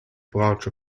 branch